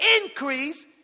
increase